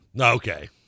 Okay